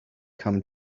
come